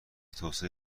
توسعه